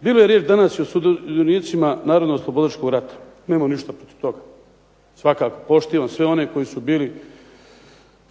bilo je riječ danas i o sudionicima narodnooslobodilačkog rata. Nemam ništa protiv toga. Poštivam sve one koji su bili